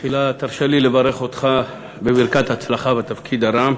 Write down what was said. תחילה תרשה לי לברך אותך בברכת הצלחה בתפקיד הרם.